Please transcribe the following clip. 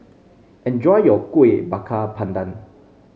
enjoy your Kuih Bakar Pandan